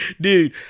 Dude